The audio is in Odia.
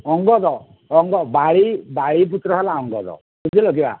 ଅଙ୍ଗଦ ବାଳି ବାଳି ପୁତ୍ର ହେଲା ଅଙ୍ଗଦ ବୁଝିଲ କି